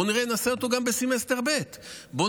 בואו נעשה אותו גם בסמסטר ב'; בואו